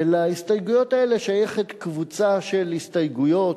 ולהסתייגויות האלה שייכת קבוצה של הסתייגויות,